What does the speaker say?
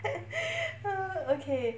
okay